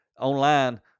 online